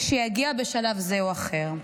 שיגיע בשלב זה או אחר.